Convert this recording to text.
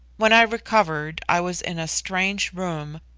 when i recovered i was in a strange room,